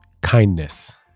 kindness